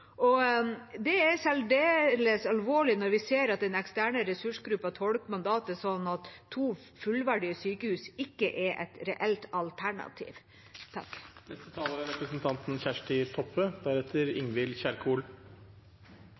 tilbudene. Det er særdeles alvorlig når vi ser at den eksterne ressursgruppen tolker mandatet slik at to fullverdige sykehus ikke er et reelt alternativ.